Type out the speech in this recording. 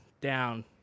down